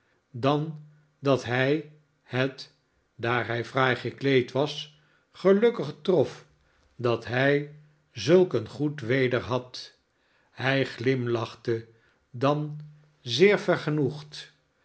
dan dat hij het daar hij fraai gekleed was gelukkig trof dat hij zulk goed weder had hij glimlachte dan zeer vergenoegd